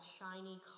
shiny